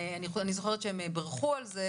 אני זוכרת שהם בירכו על זה,